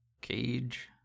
cage